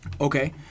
Okay